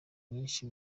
nyinshi